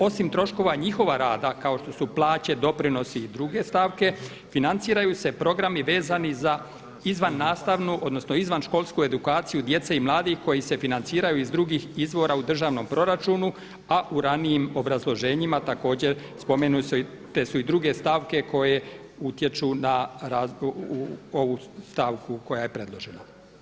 Osim troškova njihova rada kao što su plaće, doprinosi i druge stavke, financiraju se programi vezani za izvannastavnu odnosno izvanškolsku edukaciju djece i mladih koji se financiraju iz drugih izvora u državnom proračunu, a u ranijim obrazloženjima također spomenute su i druge stavke koje utječu na ovu stavku koja je predložena.